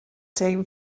team